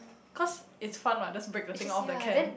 cause it's fun [what] just break the thing out of the can